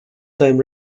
time